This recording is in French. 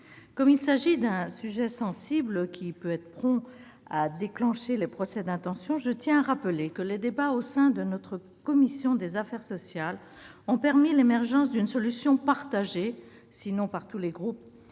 Comme il s'agit d'un sujet sensible, susceptible de déclencher promptement des procès d'intention, je tiens à rappeler que les débats au sein de la commission des affaires sociales ont permis l'émergence d'une solution approuvée, sinon par tous les groupes,